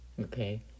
Okay